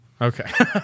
Okay